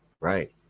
Right